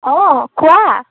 অ কোৱা